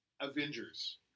Avengers